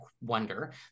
wonder